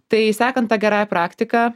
tai sekant ta gerąja praktika